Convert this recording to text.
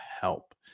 help